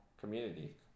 community